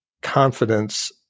confidence